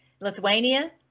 Lithuania